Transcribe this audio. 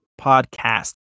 podcast